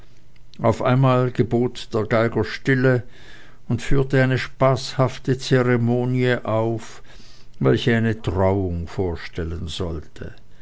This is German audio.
auf einmal gebot der geiger stille und führte eine spaßhafte zeremonie auf welche eine trauung vorstellen sollte